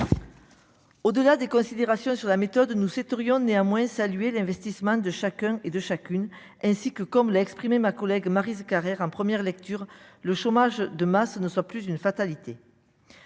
Au-delà des considérations sur la méthode, nous souhaiterions néanmoins salué l'investissement de chacun et de chacune, ainsi que, comme l'a exprimé ma collègue Maryse Carrère en première lecture le chômage de masse ne soit plus une fatalité